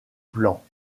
plans